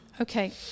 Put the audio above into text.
Okay